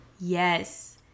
Yes